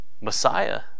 Messiah